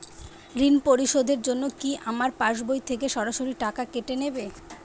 ঋণ পরিশোধের জন্য কি আমার পাশবই থেকে সরাসরি টাকা কেটে নেবে?